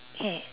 okay